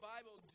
Bible